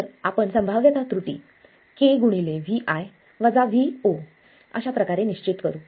तर आपण संभाव्यत त्रुटी kVi Vo अशाप्रकारे निश्चित करू